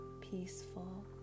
peaceful